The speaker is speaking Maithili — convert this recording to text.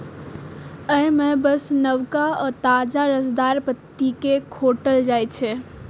अय मे बस नवका आ ताजा रसदार पत्ती कें खोंटल जाइ छै